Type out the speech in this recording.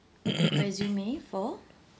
resume for